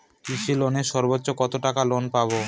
কৃষি লোনে সর্বোচ্চ কত টাকা লোন পাবো?